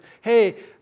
hey